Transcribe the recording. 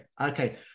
Okay